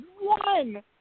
one